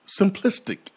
simplistic